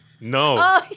No